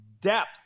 depth